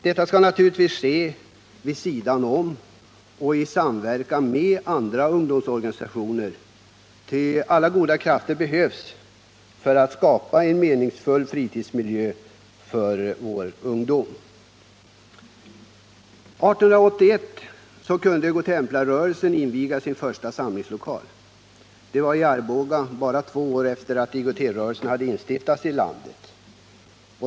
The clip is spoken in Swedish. Detta skall naturligtvis ske vid sidan om och i samverkan med andra ungdomsorganisationer, ty alla goda krafter behövs för att skapa en meningsfull fritidsmiljö för vår ungdom. 1881 kunde godtemplarrörelsen inviga sin första samlingslokal. Det var i Arboga bara två år efter det att IOGT-rörelsen hade instiftats i landet.